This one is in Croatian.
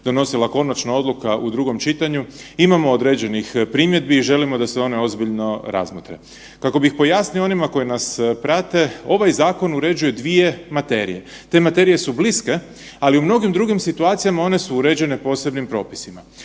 donosila konačna odluka u drugom čitanju, imamo određenih primjedbi i želimo da se one ozbiljno razmotre. Kako bih pojasnio onima koji nas prate, ovaj zakon uređuje 2 materije. Te materije su bliske, ali u mnogim drugim situacijama, one su uređene posebnim propisima.